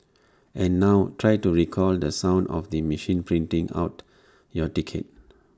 and now try to recall the sound of the machine printing out your ticket